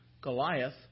Goliath